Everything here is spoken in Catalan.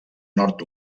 nord